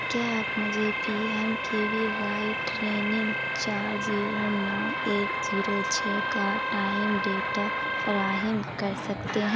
کیا آپ مجھے P M K V Y training چار زیرو نو ایک زیرو چھ کا ٹائم ڈیٹا فراہم کر سکتے ہیں